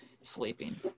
sleeping